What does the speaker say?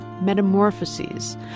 metamorphoses